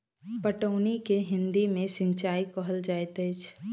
पटौनी के हिंदी मे सिंचाई कहल जाइत अछि